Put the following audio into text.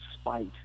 spite